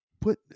put